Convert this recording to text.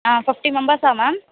ஆ fifty மெம்பெர்ஸா ma'am